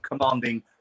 commanding